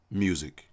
music